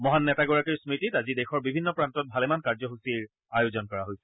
মহান নেতাগৰাকীৰ স্মতিত আজি দেশৰ বিভিন্ন প্ৰান্তত ভালেমান কাৰ্যসূচীৰ আয়োজন কৰা হৈছে